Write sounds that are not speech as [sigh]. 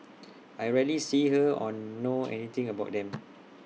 I rarely see her or know [noise] anything about them